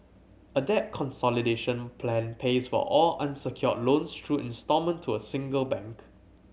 a debt consolidation plan pays for all unsecured loans through instalment to a single bank